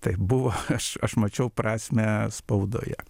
taip buvo aš aš mačiau prasmę spaudoje